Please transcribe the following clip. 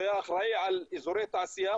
שהיה אחראי על אזורי תעשייה,